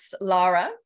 Lara